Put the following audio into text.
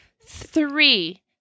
Three